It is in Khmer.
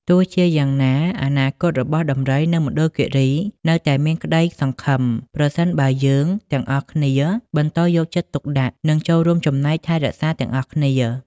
ទោះជាយ៉ាងណាអនាគតរបស់ដំរីនៅមណ្ឌលគិរីនៅតែមានក្តីសង្ឃឹម ប្រសិនបើយើងទាំងអស់គ្នាបន្តយកចិត្តទុកដាក់ និងចូលរួមចំណែកថែរក្សាទាំងអស់គ្នា។